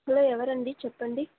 hello ఎవరండీ చెప్పండి